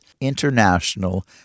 International